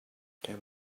can